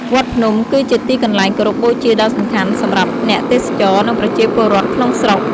វត្តភ្នំ គឺជាទីកន្លែងគោរពបូជាដ៏សំខាន់សម្រាប់អ្នកទេសចរ និងប្រជាពលរដ្ឋក្នុងស្រុក។